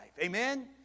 Amen